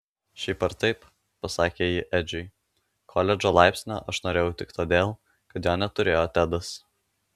šiaip ar taip pasakė ji edžiui koledžo laipsnio aš norėjau tik todėl kad jo neturėjo tedas